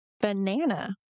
banana